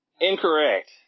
Incorrect